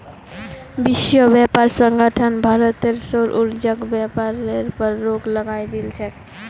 विश्व व्यापार संगठन भारतेर सौर ऊर्जाक व्यापारेर पर रोक लगई दिल छेक